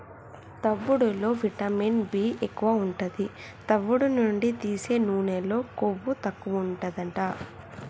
తవుడులో vitamin B ఎక్కువు ఉంటది, తవుడు నుండి తీసే నూనెలో కొవ్వు తక్కువుంటదట